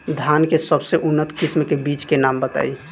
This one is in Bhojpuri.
धान के सबसे उन्नत किस्म के बिज के नाम बताई?